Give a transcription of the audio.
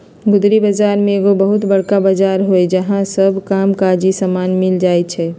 गुदरी बजार में एगो बहुत बरका बजार होइ छइ जहा सब काम काजी समान मिल जाइ छइ